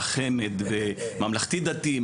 חמ"ד וממלכתי דתי,